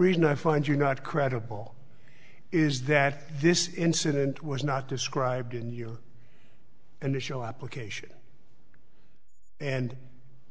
reason i find you're not credible is that this incident was not described in your initial application and